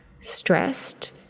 stressed